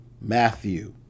Matthew